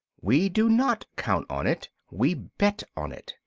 we do not count on it we bet on it.